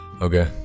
okay